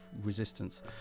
Resistance